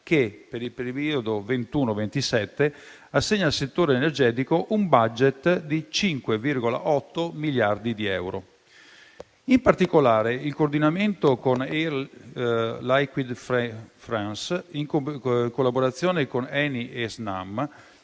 che, per il periodo 2021-2027, assegna al settore energetico un *budget* di 5,8 miliardi di euro. In particolare, in coordinamento con Air Liquide France Industrie, in collaborazione con ENI e Snam,